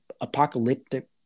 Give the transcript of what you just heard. apocalyptic